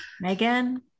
megan